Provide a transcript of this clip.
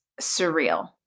surreal